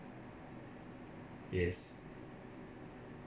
yes